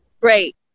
Great